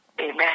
Amen